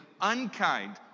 unkind